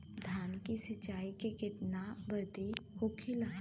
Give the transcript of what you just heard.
धान की सिंचाई की कितना बिदी होखेला?